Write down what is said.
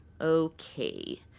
Okay